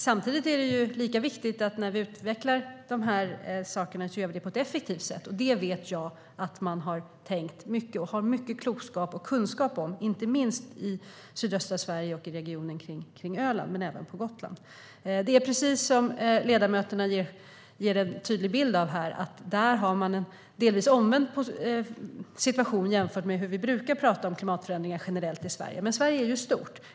Samtidigt är det lika viktigt att, när vi utvecklar de här sakerna, göra det på ett effektivt sätt, och det vet jag att man har tänkt på och har mycket klokskap och kunskap om, inte minst i sydöstra Sverige, i regionen kring Öland men även på Gotland.Det är precis som ledamöterna ger en tydlig bild av här: Där har man en delvis omvänd situation jämfört med hur vi brukar prata om klimatförändringar generellt i Sverige. Men Sverige är stort.